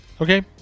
Okay